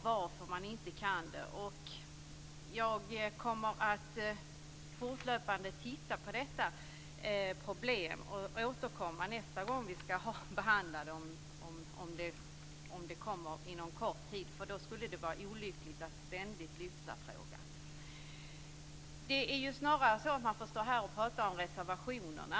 Jag avser att fortlöpande följa detta problem och ämnar återkomma om frågan kommer upp till behandling inom kort tid igen. Det skulle vara olyckligt att ständigt behöva lyfta fram frågan igen. Jag vill här något beröra de avlämnade reservationerna.